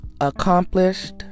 accomplished